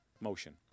motion